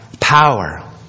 Power